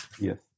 Yes